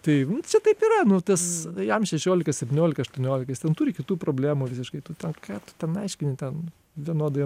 tai čia taip yra nu tas jam šešiolika septyniolika aštuoniolika jis ten turi kitų problemų visiškai tu tu ten ką tu ten aiškini ten vienodai jam